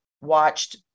watched